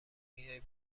میای